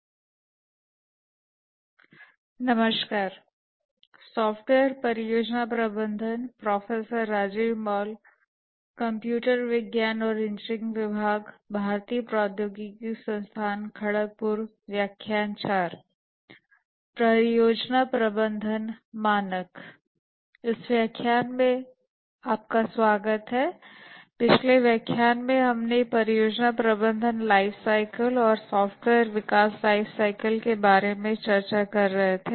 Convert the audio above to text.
इस व्याख्यान में आपका स्वागत है पिछले व्याख्यान में हमने परियोजना प्रबंधन लाइफ साईकल और सॉफ्टवेयर विकास लाइफ साईकल के बारे में चर्चा कर रहे थे